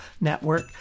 network